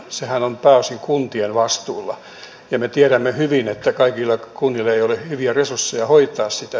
sehän on pääosin kuntien vastuulla ja me tiedämme hyvin että kaikilla kunnilla ei ole hyviä resursseja hoitaa sitä